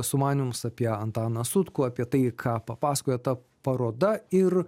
sumanymus apie antaną sutkų apie tai ką papasakoja ta paroda ir